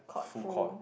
full court